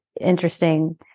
interesting